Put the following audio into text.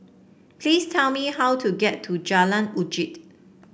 please tell me how to get to Jalan Uji